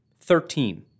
Thirteen